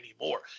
anymore